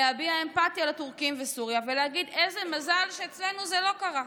להביע אמפתיה לטורקים וסוריה ולהגיד: איזה מזל שאצלנו זה לא קרה,